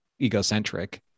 egocentric